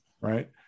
Right